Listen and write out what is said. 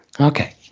Okay